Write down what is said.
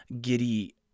giddy